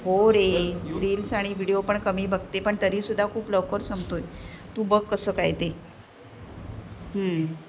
हो रे रील्स आणि व्हिडीओ पण कमी बघते पण तरीसुद्धा खूप लवकर संपतो आहे तू बघ कसं काय ते